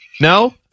no